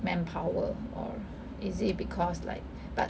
manpower or is it because like but